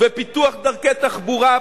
ופיתוח דרכי תחבורה,